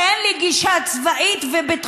תגידו עליי שאין לי גישה צבאית וביטחוניסטית,